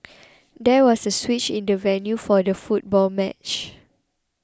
there was a switch in the venue for the football match